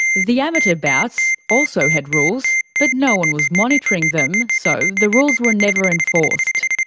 the amateur bouts also had rules, but no one was monitoring them, so the rules were never enforced.